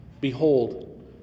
Behold